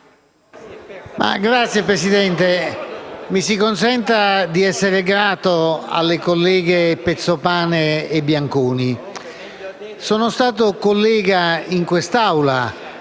Signor Presidente, mi si consenta di essere grato alle colleghe Pezzopane e Bianconi. Sono stato collega di Marco